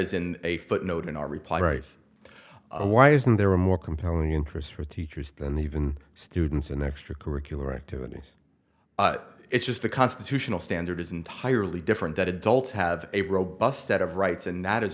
in a footnote in our reply right why isn't there a more compelling interest for teachers than even students in extracurricular activities it's just the constitutional standard is entirely different that adults have a robust set of rights and that